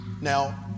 now